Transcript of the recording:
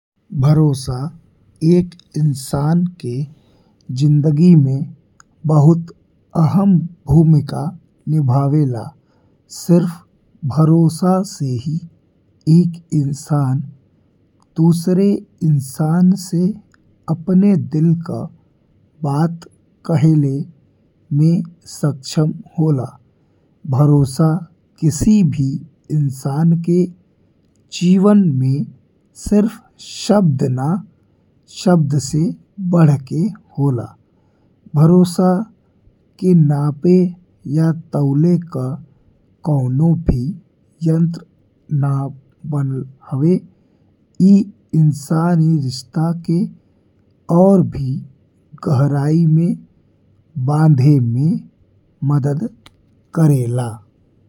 भरोसा एक इंसान के जिंदगी में बहुत अहम भूमिका निभावे ला। सिर्फ भरोसा से ही एक इंसान दूसरे इंसान से अपने दिल का बात कहले में सक्षम होला। भरोसा कसी भी इंसान के जीवन में सिर्फ शब्द ना, शब्द से बढ़ के होला, भरोसा के नापे या तोले का कवनो भी यंत्र ना बनल हवे। ई इंसानी रिश्ता के और भी गहराई में बांधे में मदद करेला।